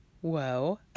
whoa